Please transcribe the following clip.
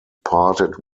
parted